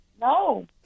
No